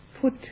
put